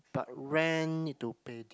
but rent need to pay